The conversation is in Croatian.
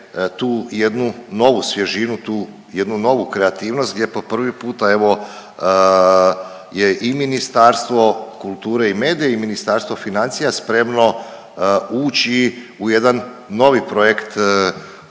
tu jednu novu svježinu tu jednu novu kreativnost gdje po prvi puta evo je i Ministarstvo kulture i medija i Ministarstvo financija spremno ući u jedan novi projekt